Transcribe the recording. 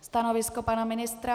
Stanovisko pana ministra?